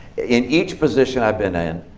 in each position i've been in,